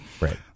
right